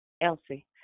Elsie